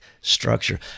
structure